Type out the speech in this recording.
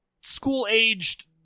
school-aged